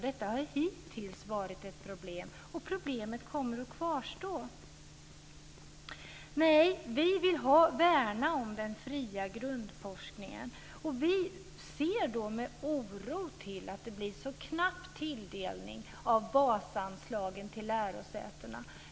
Detta har hittills varit ett problem. Och problemet kommer att kvarstå. Detta har hittills varit ett problem, och problemet kommer att kvarstå. Vi vill värna om den fria grundforskningen, och vi ser med oro på att det blir så knapp tilldelning av basanslagen till lärosätena.